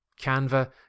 Canva